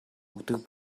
өгдөг